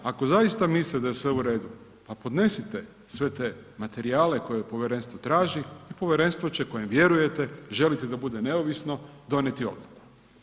Ako zaista misle da je sve u redu, pa podnesite sve te materijale koje povjerenstvo traži i povjerenstvo će, kojem vjerujete, želite da bude neovisno, donijeti odluku.